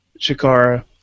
Chikara